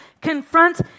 confront